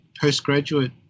postgraduate